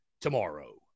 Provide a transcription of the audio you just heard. tomorrow